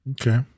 Okay